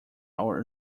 our